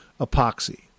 Epoxy